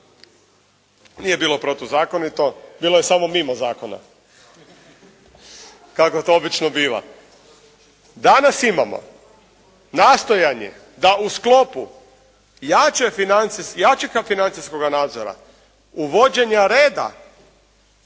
Nije bilo protuzakonito. Bilo je samo mimo zakona kako to obično biva. Danas imamo nastojanje da u sklopu jačega financijskoga nadzora, uvođenja reda,